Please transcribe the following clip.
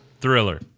Thriller